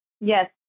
Yes